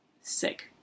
Sick